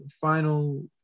final